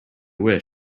wish